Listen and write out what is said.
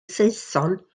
saeson